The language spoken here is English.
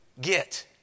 get